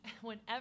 whenever